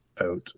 out